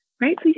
right